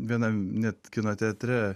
vienam net kino teatre